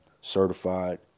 certified